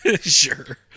sure